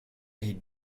est